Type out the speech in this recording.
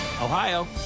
Ohio